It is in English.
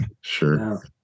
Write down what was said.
sure